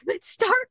start